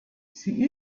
sie